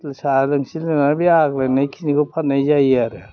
साहा लोंसे लोंनानै बे आग्लायनायखिनिखौ फाननाय जायो आरो